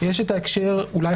יש אולי את ההקשר המרכזי,